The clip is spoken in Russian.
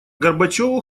горбачёву